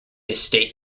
estate